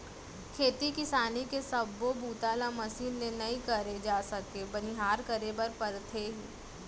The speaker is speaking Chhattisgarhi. खेती किसानी के सब्बो बूता ल मसीन ले नइ करे जा सके बनिहार करे बर परथे ही